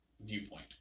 viewpoint